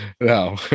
No